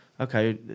okay